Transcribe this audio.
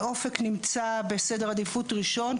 אופק נמצא בסדר עדיפות ראשון,